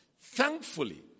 Thankfully